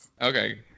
Okay